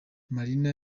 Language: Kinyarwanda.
marina